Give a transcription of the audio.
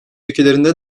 ülkelerinde